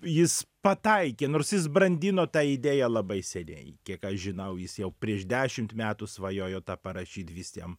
jis pataikė nors jis brandino tą idėją labai seniai kiek aš žinau jis jau prieš dešimt metų svajojo tą parašyt vis jam